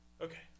Okay